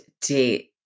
date